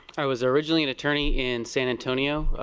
i was originally an attorney in san antonio,